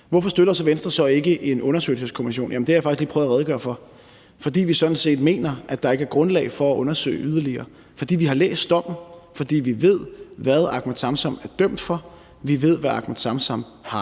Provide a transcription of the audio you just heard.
Hvorfor støtter Venstre så ikke en undersøgelseskommission? Jamen det har jeg faktisk lige prøvet at redegøre for. Det er, fordi vi sådan set mener, at der ikke er grundlag for at undersøge yderligere, og fordi vi har læst dommen, og fordi vi ved, hvad Ahmed Samsam er dømt for. Vi ved, hvad Ahmed Samsam har